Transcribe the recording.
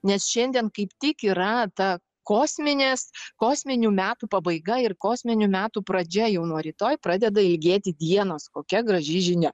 nes šiandien kaip tik yra ta kosminės kosminių metų pabaiga ir kosminių metų pradžia jau nuo rytoj pradeda ilgėti dienos kokia graži žinia